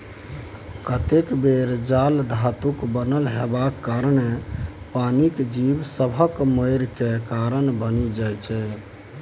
कतेक बेर जाल धातुक बनल हेबाक कारणेँ पानिक जीब सभक मरय केर कारण बनि जाइ छै